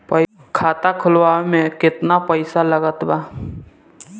खाता खुलावे म केतना पईसा लागत बा?